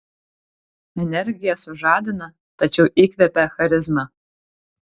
energija sužadina tačiau įkvepia charizma